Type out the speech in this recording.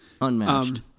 Unmatched